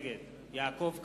נגד יעקב כץ,